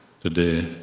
today